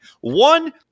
One